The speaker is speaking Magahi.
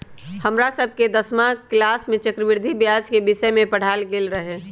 हमरा सभके दसमा किलास में चक्रवृद्धि ब्याज के विषय में पढ़ायल गेल रहै